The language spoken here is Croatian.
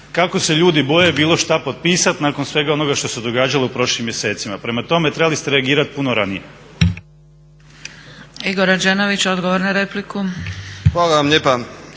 kako se ljudi boje bilo šta potpisati nakon svega onoga što se događalo u prošlim mjesecima. Prema tome, trebali ste reagirati puno ranije.